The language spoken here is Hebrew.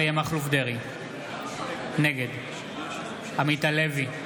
נגד אריה מכלוף דרעי, נגד עמית הלוי,